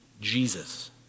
Jesus